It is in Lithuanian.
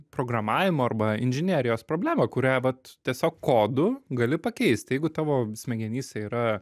programavimo arba inžinerijos problemą kurią vat tiesiog kodu gali pakeisti jeigu tavo smegenyse yra